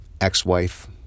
ex-wife